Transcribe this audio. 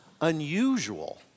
unusual